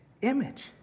image